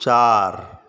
ચાર